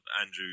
Andrew